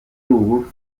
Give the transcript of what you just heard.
ubu